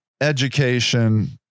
education